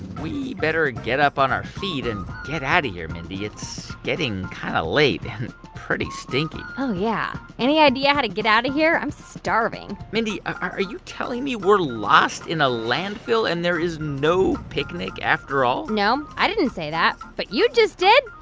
we better get up on our feet and get out of here, mindy. it's getting kind of late and pretty stinky oh, yeah, any idea how to get out of here? i'm starving mindy, are you telling me we're lost in a landfill, and there is no picnic after all? no, i didn't say that. but you just did